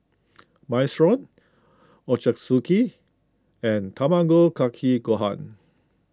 Minestrone Ochazuke and Tamago Kake Gohan